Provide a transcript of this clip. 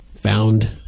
found